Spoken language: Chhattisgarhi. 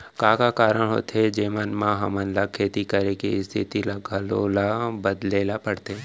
का का कारण होथे जेमन मा हमन ला खेती करे के स्तिथि ला घलो ला बदले ला पड़थे?